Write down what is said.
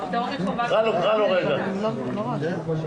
הישיבה נעולה.